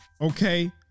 okay